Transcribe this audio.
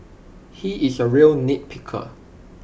he is A real nitpicker